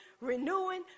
renewing